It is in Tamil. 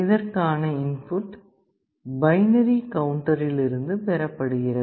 இதற்கான இன்புட் பைனரி கவுண்டரில் இருந்து பெறப்படுகிறது